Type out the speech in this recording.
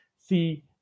see